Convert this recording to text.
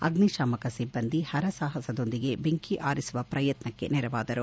ಅಗ್ನಿಶಾಮಕ ಸಿಬ್ಲಂದಿ ಹರಸಾಹಸದೊಂದಿಗೆ ಬೆಂಕಿ ಆರಿಸುವ ಪ್ರಯತ್ನಕ್ಷೆ ನೆರವಾದರು